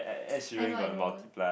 I know I know